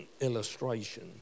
illustration